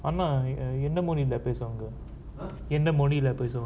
அண்ணா என்ன மொழில பேசுவாங்க என்ன மொழில பேசுவாங்க:anna enna mozhila pesuvanga enna mozhila pesuvanga